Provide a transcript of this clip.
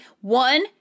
One